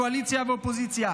קואליציה ואופוזיציה: